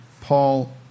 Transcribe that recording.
Paul